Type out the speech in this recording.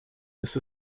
ist